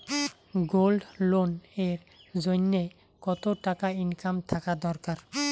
Gold loan এর জইন্যে কতো টাকা ইনকাম থাকা দরকার?